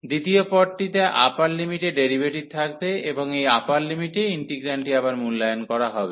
দ্বিতীয় পদটিতে আপার লিমিটের ডেরিভেটিভ থাকবে এবং এই আপার লিমিটে ইন্টিগ্রান্ডটি আবার মূল্যায়ন করা হবে